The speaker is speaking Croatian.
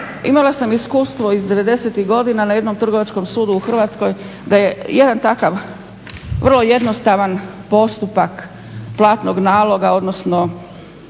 Imala sam iskustvo iz devedesetih godina, na jednom Trgovačkom sudu u Hrvatskoj, da je jedan takav vrlo jednostavan postupak platnog naloga, odnosno